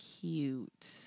cute